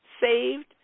saved